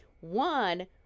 One